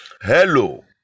Hello